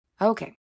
Okay